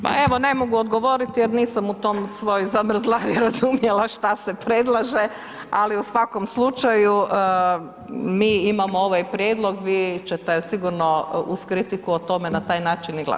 Pa evo ne mogu odgovoriti jer nisam u toj svoj zavrzlami razumjela šta se predlaže, ali u svakom slučaju mi imamo ovaj prijedlog, vi ćete sigurno uz kritiku o tome na taj način i glasovati.